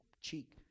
cheek